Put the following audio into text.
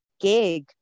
gig